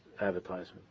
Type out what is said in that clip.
advertisement